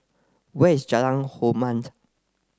where is Jalan Hormat